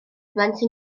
blentyn